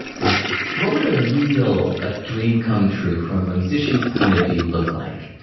like what would a real like dream come true, from a musician's point of view, look like?